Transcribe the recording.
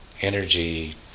energy